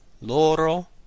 Loro